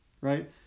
Right